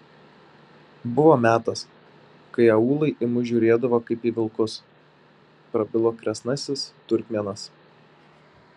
buvo metas kai aūlai į mus žiūrėdavo kaip į vilkus prabilo kresnasis turkmėnas